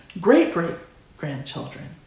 great-great-grandchildren